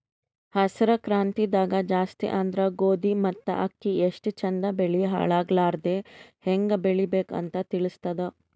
ಹಸ್ರ್ ಕ್ರಾಂತಿದಾಗ್ ಜಾಸ್ತಿ ಅಂದ್ರ ಗೋಧಿ ಮತ್ತ್ ಅಕ್ಕಿ ಎಷ್ಟ್ ಚಂದ್ ಬೆಳಿ ಹಾಳಾಗಲಾರದೆ ಹೆಂಗ್ ಬೆಳಿಬೇಕ್ ಅಂತ್ ತಿಳಸ್ತದ್